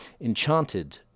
enchanted